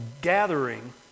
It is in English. gathering